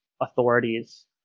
authorities